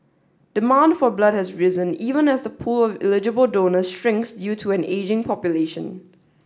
demand for blood has risen even as the pool of eligible donors shrinks due to an ageing population